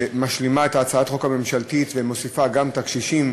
שמשלימה את הצעת החוק הממשלתית ומוסיפה גם את הקשישים,